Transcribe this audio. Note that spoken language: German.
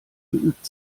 geübt